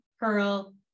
Pearl